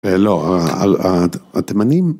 לא, התימנים